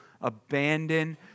abandon